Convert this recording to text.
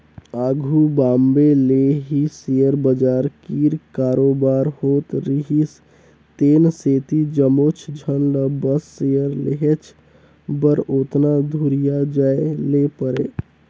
आघु बॉम्बे ले ही सेयर बजार कीर कारोबार होत रिहिस तेन सेती जम्मोच झन ल बस सेयर लेहेच बर ओतना दुरिहां जाए ले परे